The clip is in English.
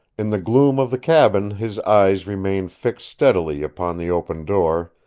in the gloom of the cabin his eyes remained fixed steadily upon the open door,